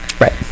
Right